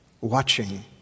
watching